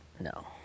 no